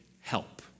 help